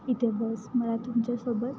इथे बस मला तुमच्यासोबत